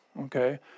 okay